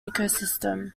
ecosystem